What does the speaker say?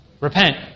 Repent